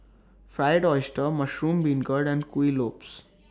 Fried Oyster Mushroom Beancurd and Kuih Lopes